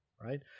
right